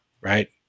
Right